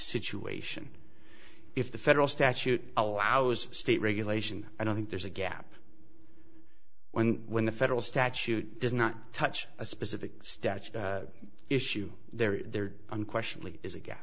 situation if the federal statute allows state regulation i don't think there's a gap when when the federal statute does not touch a specific statute issue there there unquestionably is again